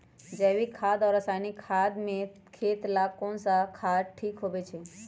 जैविक खाद और रासायनिक खाद में खेत ला कौन खाद ठीक होवैछे?